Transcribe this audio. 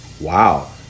Wow